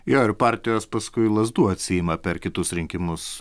jo ir partijos paskui lazdų atsiima per kitus rinkimus